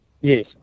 Yes